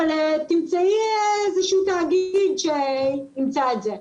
תמצאי איזשהו תאגיד שימצא את זה.